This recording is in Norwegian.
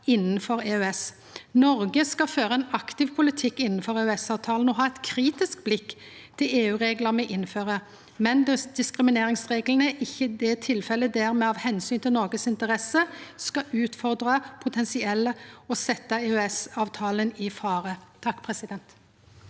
innanfor EØS. Noreg skal føra ein aktiv politikk innanfor EØS-avtalen og ha eit kritisk blikk på dei EU-reglane me innfører, men diskrimineringsreglane er ikkje det tilfellet der me av omsyn til Noregs interesser skal utfordra og potensielt setja EØS-avtalen i fare. Tone Wilhelmsen